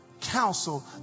counsel